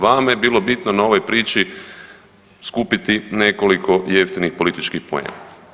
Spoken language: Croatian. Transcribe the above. Vama je bilo bitno na ovoj priči skupiti nekoliko jeftinih političkih poena.